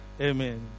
Amen